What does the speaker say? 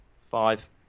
Five